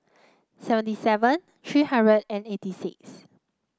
seventy seven three hundred and eighty six